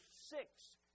six